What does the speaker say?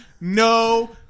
no